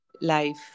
life